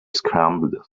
scrambled